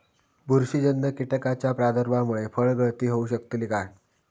बुरशीजन्य कीटकाच्या प्रादुर्भावामूळे फळगळती होऊ शकतली काय?